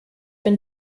been